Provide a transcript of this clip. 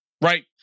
right